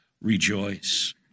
Rejoice